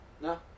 No